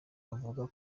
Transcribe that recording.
ivuga